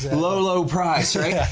low low price, right? yeah